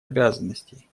обязанностей